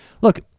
look